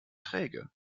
träge